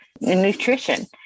nutrition